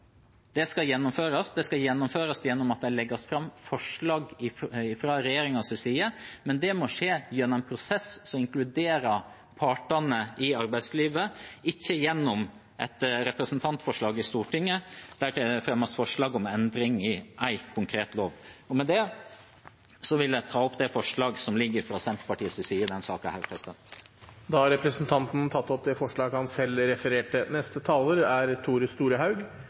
skal gjennomføres, det skal gjennomføres ved at det legges fram forslag fra regjeringens side. Men det må skje gjennom en prosess som inkluderer partene i arbeidslivet, og ikke gjennom et representantforslag i Stortinget der det fremmes forslag om endring i én konkret lov. Med det vil jeg ta opp forslagene fra Senterpartiet i denne saken. Da har representanten Sigbjørn Gjelsvik tatt opp de forslagene han refererte